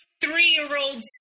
three-year-old